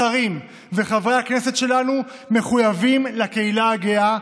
השרים וחברי הכנסת שלנו מחויבים לקהילה הגאה,